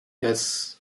yes